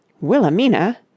Wilhelmina